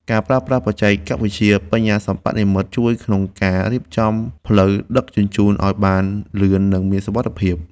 ការប្រើប្រាស់បច្ចេកវិទ្យាបញ្ញាសិប្បនិម្មិតជួយក្នុងការរៀបចំផ្លូវដឹកជញ្ជូនឱ្យបានលឿន និងមានសុវត្ថិភាព។